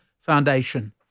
Foundation